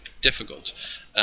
difficult